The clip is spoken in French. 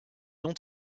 ont